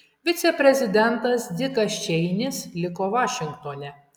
viceprezidentas dikas čeinis liko vašingtone